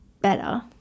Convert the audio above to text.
better